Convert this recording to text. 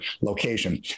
location